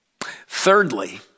Thirdly